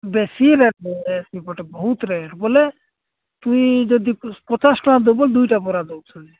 ବେଶି ରେଟ୍ରେ ସେପଟେ ବହୁତ ରେଟ୍ ବୋଲେ ତୁଇ ଯଦି ପଚାଶ ଟଙ୍କା ଦେବୁ ଦୁଇଟା ବରା ଦେଉଛନ୍ତି